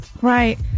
Right